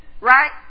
Right